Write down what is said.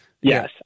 Yes